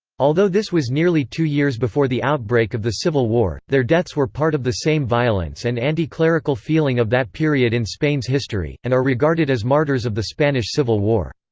although this was nearly two years before the outbreak of the civil war, their deaths were part of the same violence and anti-clerical feeling of that period in spain's history, and are regarded as martyrs of the spanish civil war.